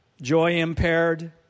joy-impaired